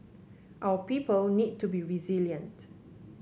our people need to be resilient